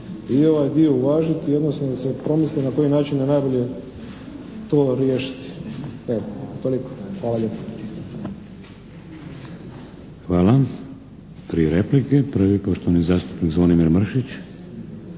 i ovaj dio uvažiti, odnosno da se promisli na koji način je najbolje to riješiti. Evo, toliko. Hvala lijepa. **Šeks, Vladimir (HDZ)** Hvala. Tri replike, prvi je poštovani zastupnik Zvonimir Mršić.